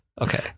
Okay